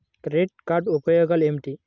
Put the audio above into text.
Credit card ఉపయోగాలు ఏమిటి?